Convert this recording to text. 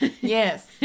yes